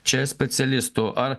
čia specialistų ar